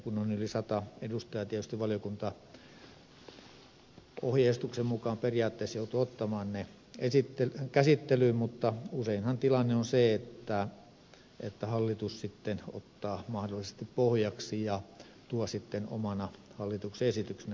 kun allekirjoittajina on yli sata edustajaa tietysti valiokunta ohjeistuksen mukaan periaatteessa joutuu ottamaan aloitteen käsittelyyn mutta useinhan tilanne on se että hallitus sitten ottaa sen mahdollisesti pohjaksi ja tuo sitten omana hallituksen esityksenä sen asian vähän sorvattuna